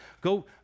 go